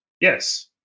Yes